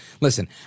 Listen